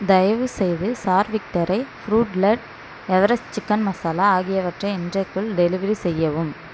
தயவுசெய்து சார்விக் dry fruit லட் எவரெஸ்ட் சிக்கன் மசாலா ஆகியவற்றை இன்றைக்குள் டெலிவெரி செய்யவும்